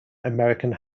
american